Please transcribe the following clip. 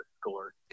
score